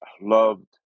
Loved